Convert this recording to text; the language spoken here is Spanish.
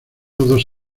dos